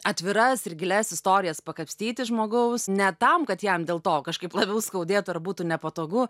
atviras ir gilias istorijas pakapstyti žmogaus ne tam kad jam dėl to kažkaip labiau skaudėtų ar būtų nepatogu